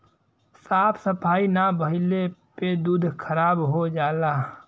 साफ सफाई ना भइले पे दूध खराब हो जाला